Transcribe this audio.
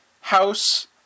house